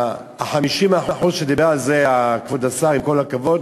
ה-50% שדיבר עליהם כבוד השר, עם כל הכבוד,